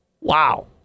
wow